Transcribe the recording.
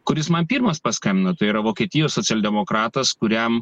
kuris man pirmas paskambino tai yra vokietijos socialdemokratas kuriam